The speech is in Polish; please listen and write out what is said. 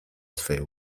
swej